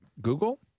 Google